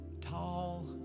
tall